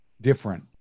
different